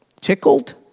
tickled